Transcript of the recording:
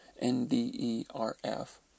N-D-E-R-F